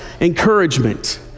encouragement